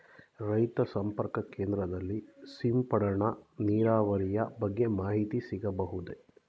ರೈತ ಸಂಪರ್ಕ ಕೇಂದ್ರದಲ್ಲಿ ಸಿಂಪಡಣಾ ನೀರಾವರಿಯ ಬಗ್ಗೆ ಮಾಹಿತಿ ಸಿಗಬಹುದೇ?